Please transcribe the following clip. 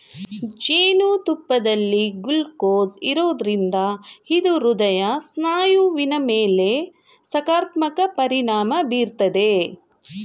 ಜೇನುತುಪ್ಪದಲ್ಲಿ ಗ್ಲೂಕೋಸ್ ಇರೋದ್ರಿಂದ ಇದು ಹೃದಯ ಸ್ನಾಯುವಿನ ಮೇಲೆ ಸಕಾರಾತ್ಮಕ ಪರಿಣಾಮ ಬೀರ್ತದೆ